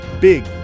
big